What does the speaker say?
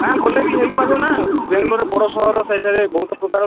ନା ଗଲେ ବି ହେଇପାରିବ ନା ବାଙ୍ଗଲୋର ବଡ଼ ସହର ସେଇଠାରେ ବହୁତ ପ୍ରକାର